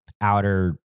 outer